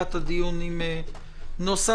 סגירת הדיון עם נוסח,